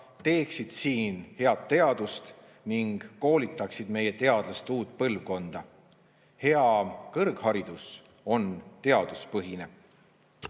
teeksid siin head teadust ning koolitaksid meie teadlaste uut põlvkonda. Hea kõrgharidus on teaduspõhine.